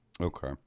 Okay